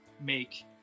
make